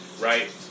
right